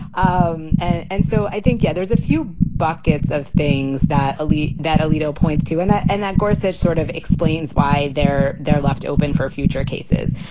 um and and so i think yeah there's a few buckets of things that lead that alito points to and that and that gorsuch sort of explains why they're they're left open for future cases.